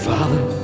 Father